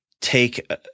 take